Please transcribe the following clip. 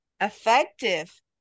effective